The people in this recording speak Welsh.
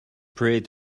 pryd